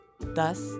Thus